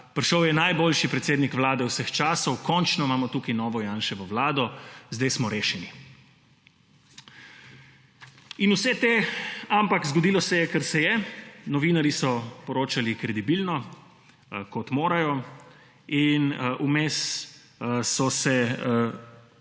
prišel je najboljši predsednik Vlade vseh časov, končno imamo tukaj novo Janševo Vlado, zdaj smo rešeni. In vse te, ampak zgodilo se je kar se je. Novinarji so poročali kredibilno, kot morajo in vmes so se